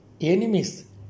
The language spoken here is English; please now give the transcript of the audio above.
enemies